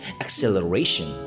acceleration